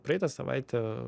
praeitą savaitę